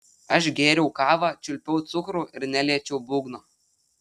aš gėriau kavą čiulpiau cukrų ir neliečiau būgno